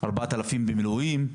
4,000 מילואים.